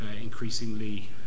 increasingly